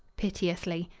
piteously.